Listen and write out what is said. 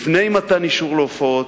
לפני מתן אישור להופעות,